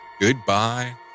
Goodbye